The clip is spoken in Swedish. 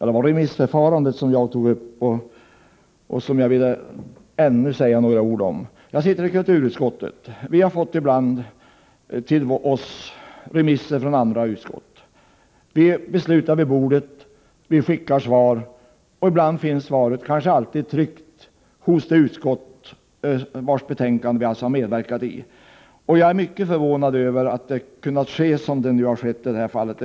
Herr talman! Jag vill säga ytterligare några ord om remissförfarandet. Jag sitter i kulturutskottet. Vi har ibland till oss fått remisser från andra utskott. Vi fattar beslut vid bordet och vi skickar svar. Ibland finns svaret tryckt i det utskottsbetänkande som vi har medverkat i. Jag är mycket förvånad över det som har skett i detta fall.